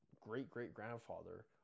great-great-grandfather